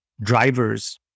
drivers